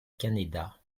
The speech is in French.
canéda